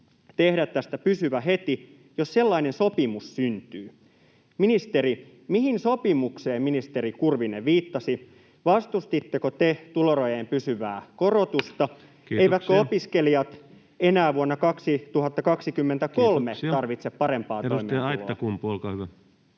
tehdä tästä pysyvä heti, jos sellainen sopimus syntyy.” Ministeri, mihin sopimukseen ministeri Kurvinen viittasi? Vastustitteko te tulorajojen pysyvää korotusta? [Puhemies: Kiitoksia!] Eivätkö opiskelijat enää vuonna 2023 tarvitse parempaa toimeentuloa?